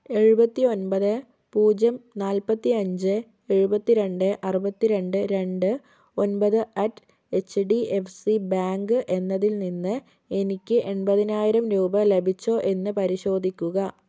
എഴുപത്തി ഒൻപത് പൂജ്യം നാൽപത്തി അഞ്ച് എഴുപത്തി രണ്ട് അറുപത്തി രണ്ട് രണ്ട് ഒമ്പത് at H D F C bank എന്നതിൽ നിന്ന് എനിക്ക് എൺപതിനായിരം രൂപ ലഭിച്ചോ എന്ന് പരിശോധിക്കുക